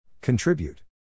Contribute